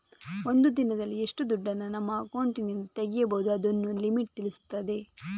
ಒಂದು ದಿನದಲ್ಲಿ ಎಷ್ಟು ದುಡ್ಡನ್ನ ನಮ್ಮ ಅಕೌಂಟಿನಿಂದ ತೆಗೀಬಹುದು ಅನ್ನುದನ್ನ ಲಿಮಿಟ್ ತಿಳಿಸ್ತದೆ